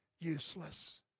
useless